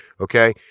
Okay